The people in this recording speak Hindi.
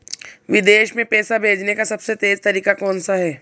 विदेश में पैसा भेजने का सबसे तेज़ तरीका कौनसा है?